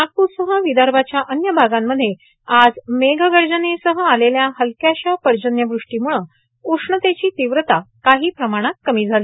नागपूरसह विदर्भाच्या अन्य भागांमध्ये आज मेघगर्जनेसह आलेल्या हलक्याशा पर्जन्यवृष्टीमुळं उष्णतेची तीव्रता काही प्रमाणात कमी झाली